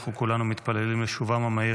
כולנו מתפללים לשובם המהיר